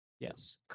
Yes